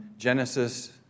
Genesis